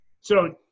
So-